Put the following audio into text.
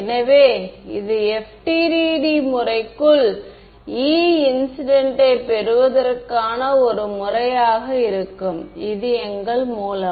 எனவே இது FDTD முறைக்குள் E இன்சிடென்ட் யை பெறுவதற்கான ஒரு முறையாக இருக்கும் இது எங்கள் மூலம்